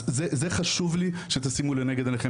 זה חשוב לי שתשימו לנגד עיניכם,